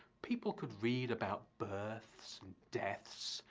people could read about births and deaths,